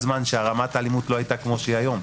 זמן שרמת האלימות לא הייתה כמו שהיא היום.